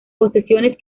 posesiones